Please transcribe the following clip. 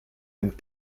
and